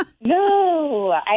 no